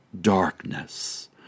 darkness